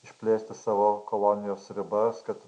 išplėsti savo kolonijos ribas kad